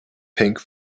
pink